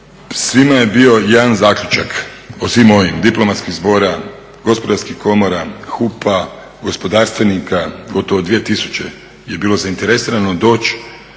Svima je bio jedan zaključak, o svim ovim, diplomatskih zbora, gospodarskih komora, …, gospodarstvenika, gotovo 2 tisuće je bilo zainteresirano doći,